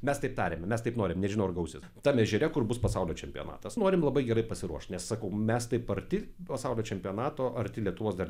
mes taip tariame mes taip norim nežinau ar gausis tam ežere kur bus pasaulio čempionatas norim labai gerai pasiruošt nes sakau mes taip arti pasaulio čempionato arti lietuvos dar